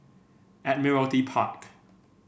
Admiralty Park